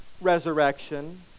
resurrection